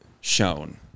shown